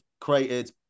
created